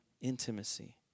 intimacy